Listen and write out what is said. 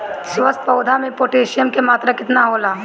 स्वस्थ पौधा मे पोटासियम कि मात्रा कितना होला?